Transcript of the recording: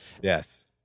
Yes